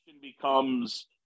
Becomes